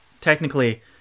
technically